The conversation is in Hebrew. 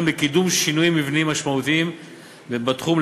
לקידום שינויים מבניים משמעותיים ובתחום,